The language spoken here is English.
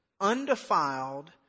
undefiled